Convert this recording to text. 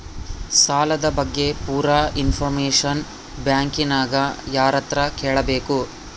ಸಾಲದ ಬಗ್ಗೆ ಪೂರ ಇಂಫಾರ್ಮೇಷನ ಬ್ಯಾಂಕಿನ್ಯಾಗ ಯಾರತ್ರ ಕೇಳಬೇಕು?